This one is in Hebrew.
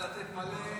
לתת מלא שחרורים.